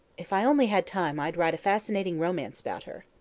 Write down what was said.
if i only had time i'd write a fascinating romance about her.